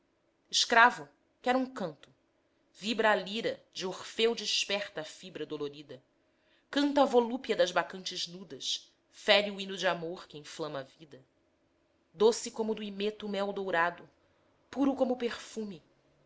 morrem escravo quero um canto vibra a lira de orfeu desperta a fibra dolorida canta a volúpia das bacantes nudas fere o hino de amor que inflama a vida doce como do himeto o mel dourado puro como o perfume